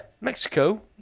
Mexico